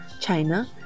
China